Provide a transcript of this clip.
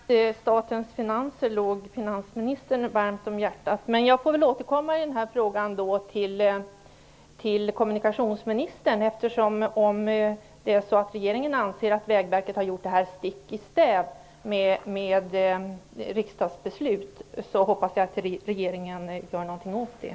Herr talman! Jag trodde att statens finanser låg finansministern varmt om hjärtat, men jag får väl återkomma i den här frågan till kommunikationsministern. Om regeringen anser att Vägverket har gjort det här stick i stäv med riksdagsbeslut hoppas jag att regeringen gör någonting åt det.